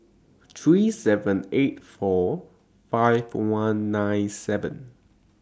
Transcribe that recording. three seven eight four five one nine seven